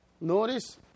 Notice